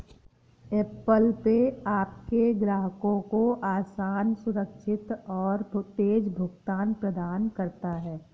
Apple Pay आपके ग्राहकों को आसान, सुरक्षित और तेज़ भुगतान प्रदान करता है